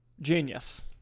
Genius